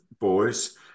boys